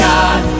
God